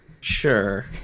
Sure